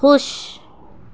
خوش